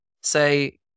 Say